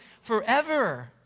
forever